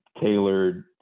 tailored